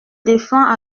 défends